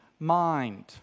Mind